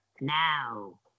now